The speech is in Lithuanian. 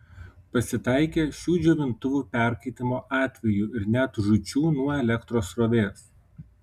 pasitaikė šių džiovintuvų perkaitimo atvejų ir net žūčių nuo elektros srovės